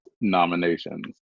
nominations